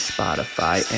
Spotify